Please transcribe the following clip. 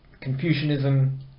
Confucianism